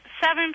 seven